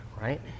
right